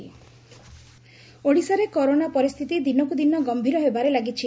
Odisha corona ଓଡ଼ିଶାରେ corona ପରିସ୍ଥିତି ଦିନକୁ ଦିନ ଗମ୍ଭୀର ହେବାରେ ଲାଗିଛି